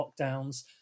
lockdowns